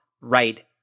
right